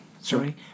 sorry